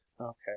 Okay